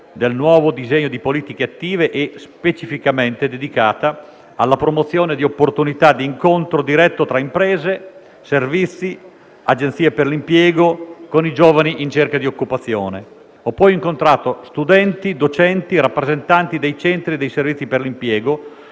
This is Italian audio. del nuovo disegno di politiche attive e specificamente dedicata alla promozione di opportunità di incontro diretto tra imprese, servizi, agenzie per l'impiego e giovani in cerca di occupazione. Ho poi incontrato studenti, docenti e rappresentanti dei centri e dei servizi per l'impiego